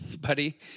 Buddy